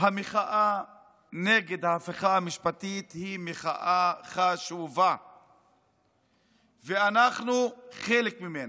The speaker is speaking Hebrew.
המחאה נגד ההפיכה המשפטית היא מחאה חשובה ואנחנו חלק ממנה.